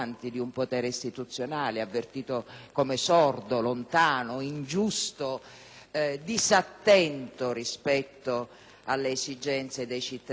come sordo, lontano, ingiusto e disattento rispetto alle esigenze dei cittadini e delle cittadine.